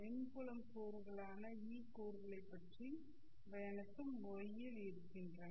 மின் புலம் கூறுகளான E கூறுகளைப் பற்றி அவை அனைத்தும் y யில் இருக்கின்றன